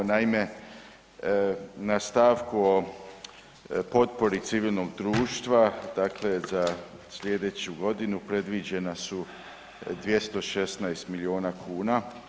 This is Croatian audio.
Naime, na stavku o potpori civilnog društva, dakle za sljedeću godinu predviđena su 216 milijuna kuna.